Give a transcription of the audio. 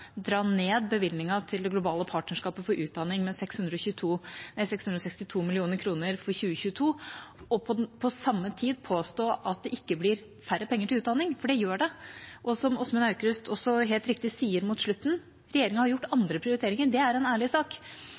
dra ned bevilgningene til Det globale partnerskapet for utdanning med 662 mill. kr for 2022 og på samme tid påstå at det ikke blir færre penger til utdanning, for det blir det. Som Åsmund Aukrust helt riktig sier mot slutten, har regjeringa gjort andre prioriteringer. Det er en ærlig sak,